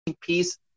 piece